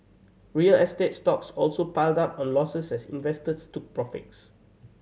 real estate stocks also piled up on losses as investors took profits